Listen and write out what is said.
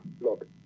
Look